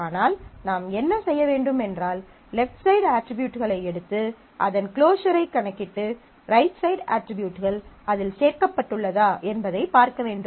ஆனால் நாம் என்ன செய்ய வேண்டும் என்றால் லெப்ட் சைடு அட்ரிபியூட்களை எடுத்து அதன் க்ளோஸரைக் கணக்கிட்டு ரைட் சைடு அட்ரிபியூட்கள் அதில் சேர்க்கப்பட்டுள்ளதா என்பதைப் பார்க்க வேண்டும்